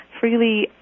freely